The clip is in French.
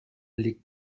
les